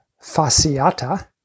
fasciata